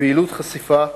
פעילות חשיפה,